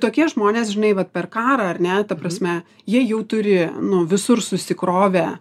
tokie žmonės žinai vat per karą ar ne ta prasme jie jau turi nu visur susikrovę